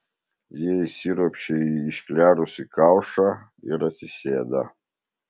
jie įsiropščia į išklerusį kaušą ir atsisėda